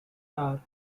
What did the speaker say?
are